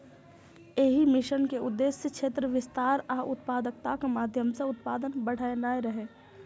एहि मिशन के उद्देश्य क्षेत्र विस्तार आ उत्पादकताक माध्यम सं उत्पादन बढ़ेनाय रहै